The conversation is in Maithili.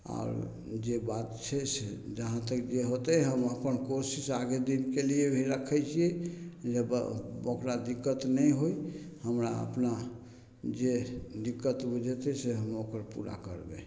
आओर जे बात छै से जहाँ तक जे होतै हम अपन कोशिश आगे दिनके लिए भी रखै छिए जे ओकरा दिक्कत नहि होइ हमरा अपना जे दिक्कत बुझेतै से हम ओकर पूरा करबै